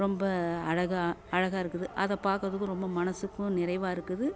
ரொம்ப அழகாக அழகாக இருக்குது அதை பார்க்கறதுக்கும் ரொம்ப மனசுக்கும் நிறைவாக இருக்குது